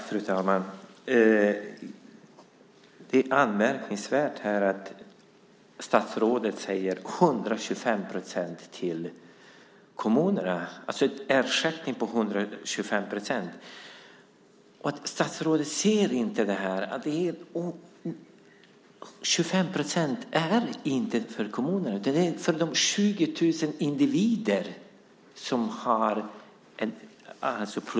Fru talman! Det är anmärkningsvärt att statsrådet talar om ersättningen på 125 procent till kommunerna men inte ser att 25 procent inte är till kommunerna utan till de 20 000 individer som har plusjobb.